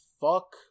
fuck